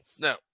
no